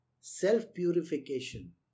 self-purification